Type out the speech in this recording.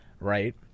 Right